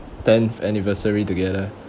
tenth anniversary together